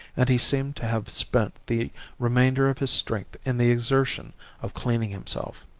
and he seemed to have spent the remainder of his strength in the exertion of cleaning himself.